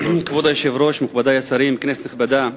כבוד היושב-ראש, מכובדי השרים, כנסת נכבדה,